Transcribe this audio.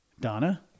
Donna